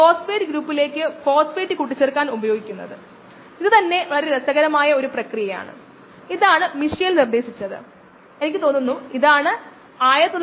ഇവിടെ വീഡിയോകളുണ്ട് ഞാൻ വീഡിയോകളിലേക്ക് പ്രവേശിക്കുന്നതിനുമുമ്പ് ഡൈ എക്സ്ക്ലൂഷന്റെയും പ്ലേറ്റിംഗിന്റെയും തത്വം ഞാൻ നിങ്ങളോട് പറയട്ടെ